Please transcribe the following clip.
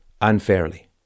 unfairly